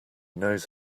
knows